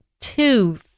two